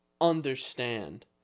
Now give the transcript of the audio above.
understand